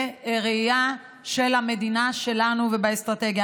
בראייה של המדינה שלנו ובאסטרטגיה.